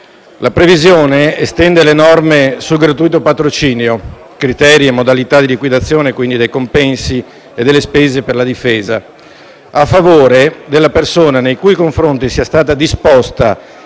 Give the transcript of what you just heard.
La previsione estende le norme sul gratuito patrocinio, sui criteri e sulle modalità di liquidazione, e quindi dei compensi e delle spese per la difesa, a favore della persona nei cui confronti siano stati disposti